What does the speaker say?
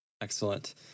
Excellent